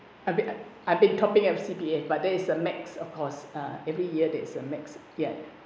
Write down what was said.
I've been I've been topping up C_P_F but there is a max of course every year there's a max ya